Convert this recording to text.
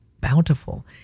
bountiful